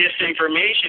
disinformation